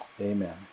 Amen